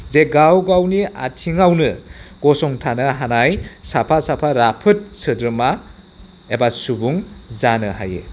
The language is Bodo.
जे गाव गावनि आथिङावनो गसंथानो हानाय साफा साफा राफोद सोद्रोमा एबा सुबुं जानो हायो